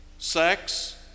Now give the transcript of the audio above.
Sex